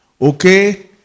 Okay